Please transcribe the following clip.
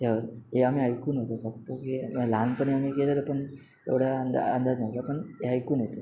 त्यावर हे आम्ही ऐकून होतो फक्त की लहानपणी आम्ही गेलेलो होतो एवढ्या अंदा अंदाज नव्हता पण हे ऐकून होतो